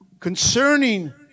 concerning